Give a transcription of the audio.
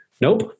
Nope